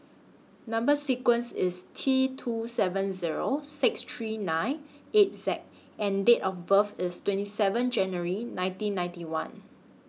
Number sequence IS T two seven Zero six three nine eight Z and Date of birth IS twenty seven January nineteen ninety one